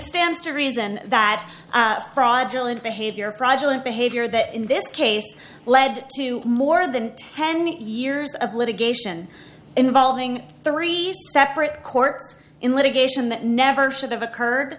stands to reason that fraudulent behavior project of behavior that in this case led to more than ten years of litigation involving three separate courts in litigation that never should have occurred